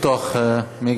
אבקש לפתוח מיקרופון.